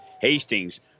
Hastings